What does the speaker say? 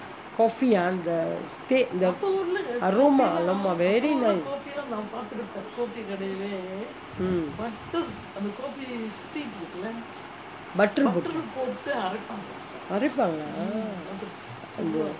coffee ah அந்த:antha aroma !alamak! very nice butter போட்டு அரைப்பாங்களா:pottu araippangalaa